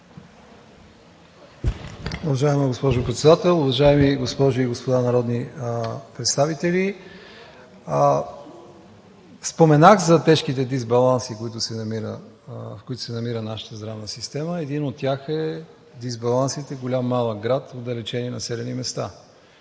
Уважаема госпожо Председател, уважаеми госпожи и господа народни представители! Споменах за тежките дисбаланси, в които се намира нашата здравна система. Един от тях е в дисбалансите голям – малък град, отдалечени населени места.